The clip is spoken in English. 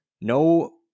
no